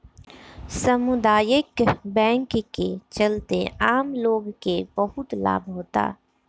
सामुदायिक बैंक के चलते आम लोग के बहुत लाभ होता